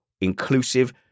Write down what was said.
inclusive